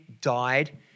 died